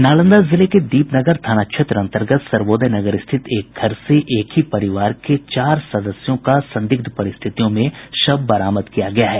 नालंदा जिले के दीपनगर थाना क्षेत्र अन्तर्गत सर्वोदयनगर स्थित एक घर से एक ही परिवार के चार सदस्यों का संदिग्ध परिस्थितियों में शव बरामद किया गया है